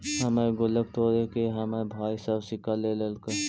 हमर गुल्लक तोड़के हमर भाई सब सिक्का ले लेलके